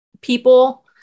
people